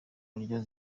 buryo